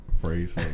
phrase